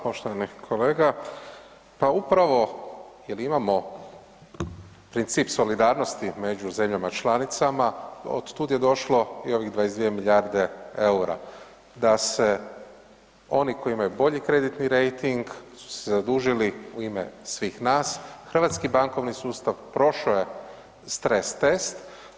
Poštovani kolega, pa upravo jel imamo princip solidarnosti među zemljama članicama, od tud je došlo i ovih 22 milijarde EUR-a, da se oni koji imaju bolji kreditni rejting su se zadužili u ime svih nas, hrvatski bankovni sustav prošao je stres test.